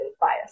bias